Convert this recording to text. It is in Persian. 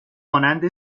مانند